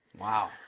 Wow